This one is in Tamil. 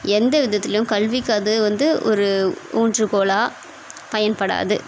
எந்த விதத்துலேயும் கல்விக்கு அது வந்து ஒரு ஊன்றுகோலா பயன்படாது